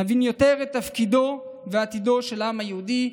נבין יותר את תפקידו ועתידו של העם היהודי,